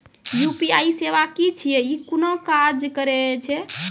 UPI सेवा की छियै? ई कूना काज करै छै?